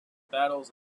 battles